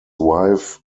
wife